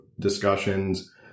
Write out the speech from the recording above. discussions